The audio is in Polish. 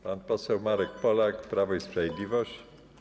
Pan poseł Marek Polak, Prawo i Sprawiedliwość.